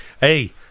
Hey